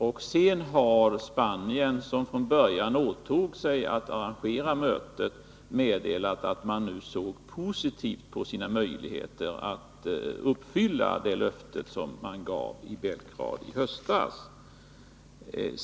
Senare har Spanien, som från början åtog sig att arrangera mötet, meddelat att man såg positivt på sina möjligheter att uppfylla det löfte som man gav i Belgrad i höstas.